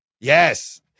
Yes